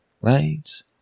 Right